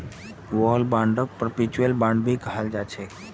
war बांडक perpetual bond भी कहाल जाछे